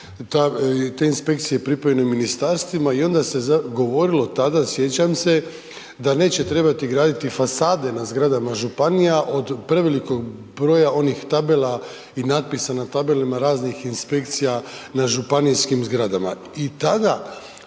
te inspekcije pripojene ministarstvima i onda se govorilo tada sjećam se, da neće trebati graditi fasade na zgrada županija od prevelikog broja onih tabela i natpisa na tabelama raznih inspekcija na županijskim zgradama